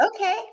Okay